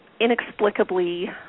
inexplicably